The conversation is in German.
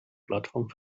plattform